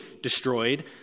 destroyed